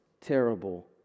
terrible